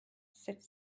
sept